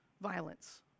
violence